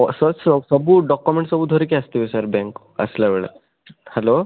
ସବୁ ଡକ୍ୟୁମେଣ୍ଟ ସବୁ ଧରିକି ଆସିଥିବେ ସାର୍ ବ୍ୟାଙ୍କକୁ ଆସିଲା ବେଳେ ହ୍ୟାଲୋ